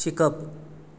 शिकप